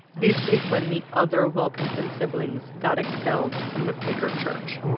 this is when the other wilkinson siblings got expelled from the quaker church